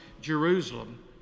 Jerusalem